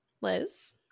Liz